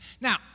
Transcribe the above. Now